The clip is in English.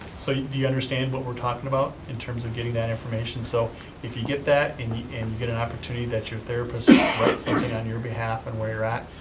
so do you understand what we're talking about, in terms of getting that information? so if you get that, and you and get an opportunity that your therapist writes something on your behalf on where you're at,